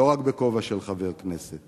לא רק בכובע של חבר כנסת